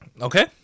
Okay